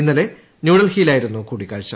ഇന്നലെ ന്യൂഡൽഹിയിലായിരുന്നു കൂടിക്കാഴ്ച